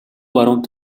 баруун